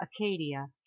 acadia